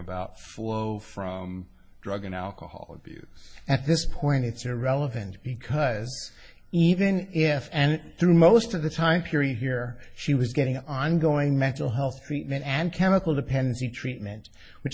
about flow from drug and alcohol abuse at this point it's irrelevant because even if and through most of the time period here she was getting an ongoing mental health treatment and chemical dependency treatment which